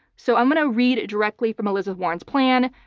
so i'm going to read directly from elizabeth warren's plan,